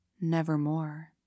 Nevermore